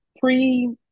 pre